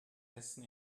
essen